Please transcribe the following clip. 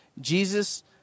Jesus